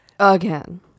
Again